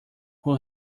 who